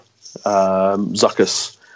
Zuckus